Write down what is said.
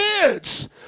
kids